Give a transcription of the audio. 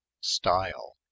style